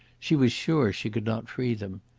she was sure she could not free them.